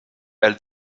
elle